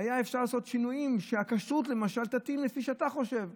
היה אפשר לעשות שינויים שהכשרות תתאים לפי מה שאתה חושב.